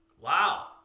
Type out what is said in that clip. Wow